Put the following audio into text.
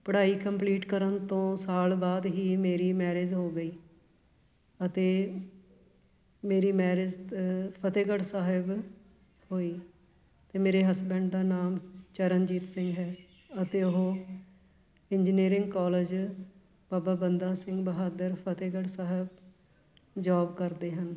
ਪੜ੍ਹਾਈ ਕੰਪਲੀਟ ਕਰਨ ਤੋਂ ਸਾਲ ਬਾਅਦ ਹੀ ਮੇਰੀ ਮੈਰਿਜ ਹੋ ਗਈ ਅਤੇ ਮੇਰੀ ਮੈਰਿਜ ਫਤਿਹਗੜ੍ਹ ਸਾਹਿਬ ਹੋਈ ਅਤੇ ਮੇਰੇ ਹਸਬੈਂਡ ਦਾ ਨਾਮ ਚਰਨਜੀਤ ਸਿੰਘ ਹੈ ਅਤੇ ਉਹ engineering college Baba Banda Singh Bahadur Fatehgarh Sahib job ਕਰਦੇ ਹਨ